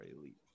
elite